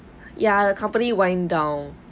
ya the company went down